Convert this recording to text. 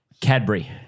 Cadbury